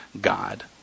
God